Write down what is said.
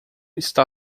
está